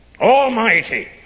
almighty